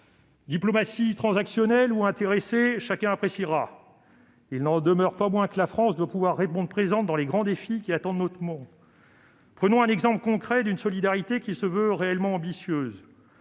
Diplomatie transactionnelle ou intéressée, chacun appréciera. Il n'en demeure pas moins que la France doit pouvoir répondre présente dans les grands défis qui attendent notre monde. Prenons un exemple concret d'une solidarité qui se veut réellement ambitieuse.